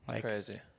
Crazy